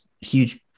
huge